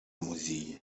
موذیه